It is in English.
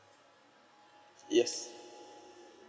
yes